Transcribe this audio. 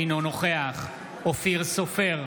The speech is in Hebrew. אינו נוכח אופיר סופר,